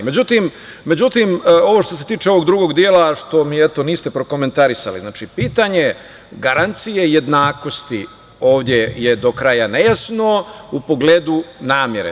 Međutim, što se tiče ovog drugog dela koji mi, eto, niste prokomentarisali, znači pitanje garancije jednakosti ovde je do kraja nejasno, u pogledu namere.